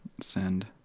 Send